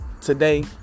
today